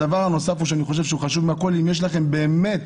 דבר נוסף שלדעתי הוא חשוב מהכול, אם יש לכם באמת